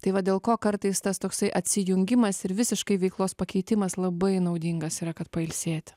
tai va dėl ko kartais tas toksai atsijungimas ir visiškai veiklos pakeitimas labai naudingas yra kad pailsėt